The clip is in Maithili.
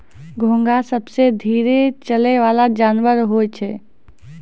घोंघा सबसें धीरे चलै वला जानवर होय छै